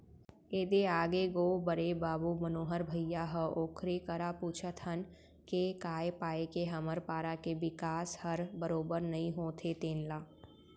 ए दे आगे गो बड़े बाबू मनोहर भइया ह ओकरे करा पूछत हन के काय पाय के हमर पारा के बिकास हर बरोबर नइ होत हे तेन ल